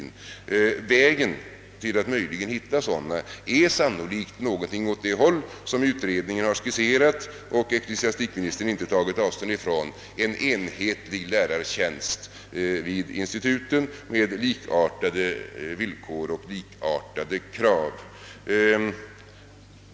Den väg på vilken man möjligen kan hitta någon sådan fågel går sannolikt åt det håll som utredningen har skisserat och ecklesiastikministern inte tagit avstånd från, nämligen inrättandet av en enhetlig lärartjänst vid instituten med likartade villkor och likartade krav.